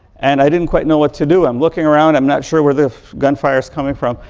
and i didn't quite know what to do. i'm looking around, i'm not sure where the gun fire is coming from.